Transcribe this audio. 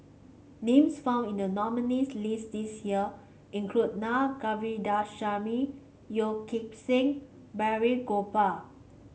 names found in the nominees' list this year include Naa Govindasamy Yeo Kim Seng Balraj Gopal